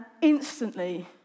instantly